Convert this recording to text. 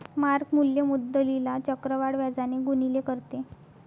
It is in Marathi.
मार्क मूल्य मुद्दलीला चक्रवाढ व्याजाने गुणिले करते